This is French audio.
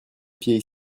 pieds